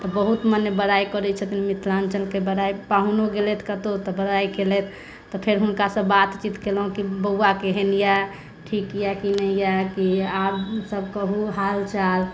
बहुत मने बड़ाइ करै छथिन मिथिलाञ्चल के बड़ाइ पाहुनो गेलै कतहु बड़ाइ केलथि तऽ फेर हुनकासँ बात कएलहुॅं कि बौआ केहन यऽ ठीक यऽ कि नहि यऽ कि आब सभ कहुँ हालचाल